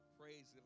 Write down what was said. praise